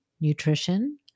nutrition